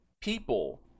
People